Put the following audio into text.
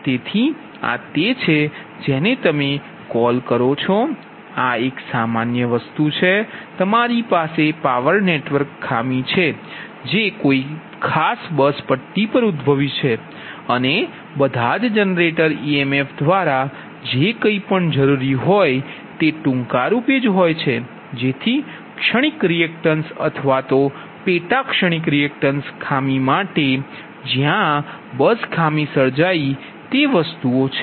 તેથી આ તે છે જેને તમે કોલ કરો છો આ એક સામાન્ય વસ્તુ છે તમારી પાસે પાવર નેટવર્ક ખામી છે જે કોઈ ખાસ બસ પટ્ટી પર ઉદ્ભવી છે અને બધા જ જનરેટર ઇએમેફ તમારા દ્વારા જે કંઇ પણ જરૂરી હોય તે ટૂંકા રૂપે હોય છે જેથી ક્ષણિક રીએક્ટન્સ અથવા તો પેટા ક્ષણિક રીએક્ટન્સ ખામી માટે જ્યાં બસ ખામી સર્જાઇ તે છે